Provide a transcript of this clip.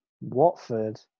Watford